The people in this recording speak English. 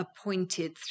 appointed